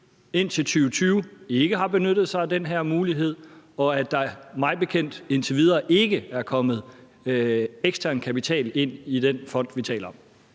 indtil 2020 ikke har benyttet sig af den her mulighed, og at der mig bekendt indtil videre ikke er kommet ekstern kapital ind i den fond, vi taler om.